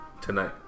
tonight